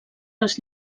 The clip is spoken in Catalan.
les